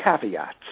caveats